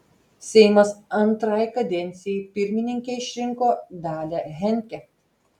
seimas antrai kadencijai pirmininke išrinko dalią henke